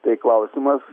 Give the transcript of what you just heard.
tai klausimas